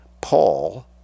Paul